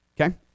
Okay